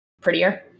prettier